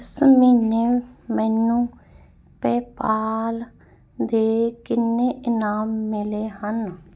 ਇਸ ਮਹੀਨੇ ਮੈਨੂੰ ਪੇਪਾਲ ਦੇ ਕਿੰਨੇ ਇਨਾਮ ਮਿਲੇ ਹਨ